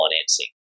financing